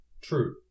True